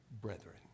brethren